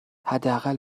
حداقل